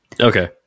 Okay